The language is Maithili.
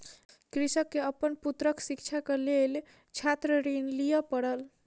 कृषक के अपन पुत्रक शिक्षाक लेल छात्र ऋण लिअ पड़ल